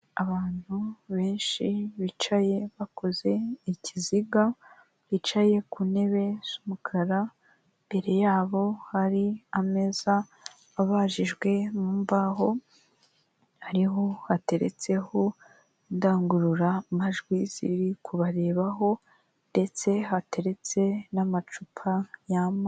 Abantu benshi bicaye bakoze ikiziga, bicaye ku ntebe z'umukara, mbere yabo hari ameza abajijwe mu mbaho, hariho hateretseho indangururamajwi ziri kubarebaho, ndetse hateretse n'amacupa y'amazi.